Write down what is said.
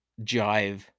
jive